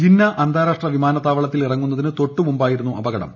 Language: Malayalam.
ജിന്ന അന്താരാഷ്ട്ര വിമാനത്താവളത്തിൽ ഇറങ്ങുന്നതിന് തൊട്ടുമുമ്പായിരുന്നു അപകടം